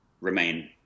remain